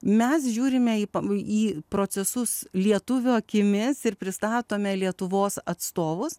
mes žiūrime į pam į procesus lietuvio akimis ir pristatome lietuvos atstovus